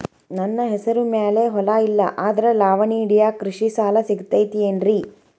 ನನ್ನ ಹೆಸರು ಮ್ಯಾಲೆ ಹೊಲಾ ಇಲ್ಲ ಆದ್ರ ಲಾವಣಿ ಹಿಡಿಯಾಕ್ ಕೃಷಿ ಸಾಲಾ ಸಿಗತೈತಿ ಏನ್ರಿ?